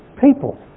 people